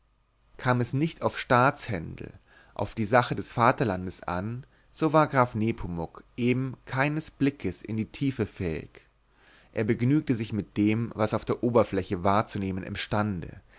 kam es nicht auf staatshändel auf die sache des vaterlandes an so war graf nepomuk eben keines blickes in die tiefe fähig er begnügte sich mit dem was er auf der oberfläche wahrzunehmen imstande